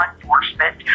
enforcement